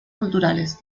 culturales